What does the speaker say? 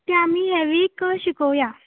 तें आमी हे वीक शिकोवया